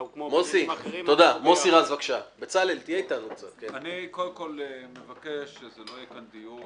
כמו בעניינים אחרים אני קודם כל מבקש שזה לא יהיה כאן דיון